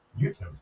youtube